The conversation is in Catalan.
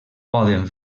poden